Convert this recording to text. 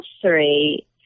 three